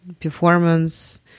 performance